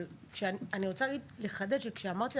אבל אני רוצה לחדד שכשאמרתי את זה,